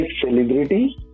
celebrity